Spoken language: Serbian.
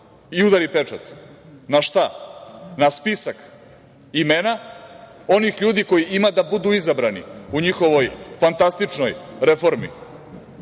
i udari pečat. Na šta? Na spisak imena onih ljudi koji ima da budu izabrani u njihovoj fantastičnoj reformi,